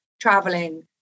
traveling